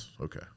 Okay